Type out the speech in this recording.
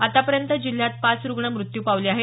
आतापर्यंत जिल्ह्यात पाच रूग्ण मृत्यू पावले आहेत